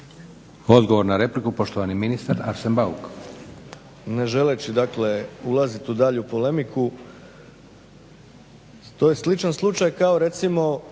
Odgovor na repliku poštovani ministar Arsen Bauk.